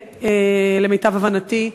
למיטב הבנתי,